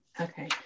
okay